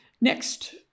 Next